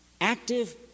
active